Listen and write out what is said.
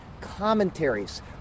commentaries